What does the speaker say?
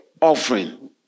offering